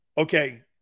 Okay